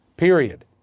Period